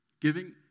Giving